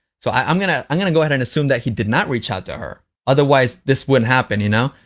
so i'm gonna i'm gonna go ahead and assume that he did not reach out to her otherwise this wouldn't happen, you know?